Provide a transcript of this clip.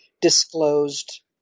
disclosed